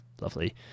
Lovely